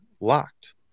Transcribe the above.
LOCKED